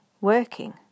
working